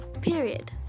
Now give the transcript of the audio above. period